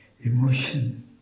Emotion